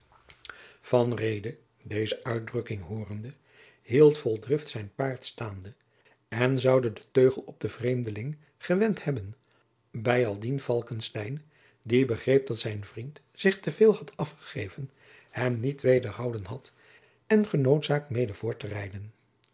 deze uitdrukking hoorende hield vol drift zijn paard staande en zoude den teugel op den vreemdeling gewend hebben bijaldien jacob van lennep de pleegzoon falckestein die begreep dat zijn vriend zich te veel had afgegeven hem niet wederhouden had en genoodzaakt mede voortterijden de